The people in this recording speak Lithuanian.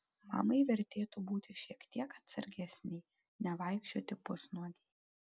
mamai vertėtų būti šiek tiek atsargesnei nevaikščioti pusnuogei